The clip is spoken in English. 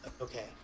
Okay